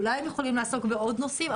אולי הם יכולים לעסוק בעוד נושאים,